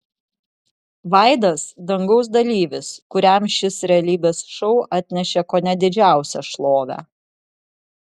vaidas dangaus dalyvis kuriam šis realybės šou atnešė kone didžiausią šlovę